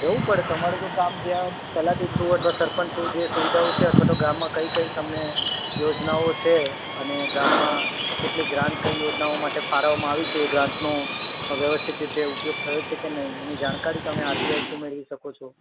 જવું પડે તમારું તો કામ ત્યાં તલાટી થ્રુ અથવા સરપંચ થ્રુ જે સુવિધાઓ છે અથવા તો ગામમાં કઈ કઈ તમે યોજનાઓ છે અને ગામમાં કેટલી ગ્રાન્ટ કઈ યોજનાઓ માટે ફાળવવામાં આવી છે એ ગ્રાન્ટનું વ્યવસ્થિત રીતે ઉપયોગ થયો છે કે નહીં એની જાણકારી તમે આરટીઆઈ થ્રુ મેળવી શકો છો